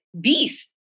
Beast